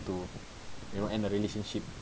to you know end the relationship